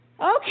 Okay